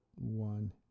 One